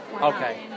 Okay